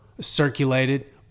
circulated